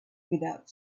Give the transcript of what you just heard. without